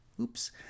Oops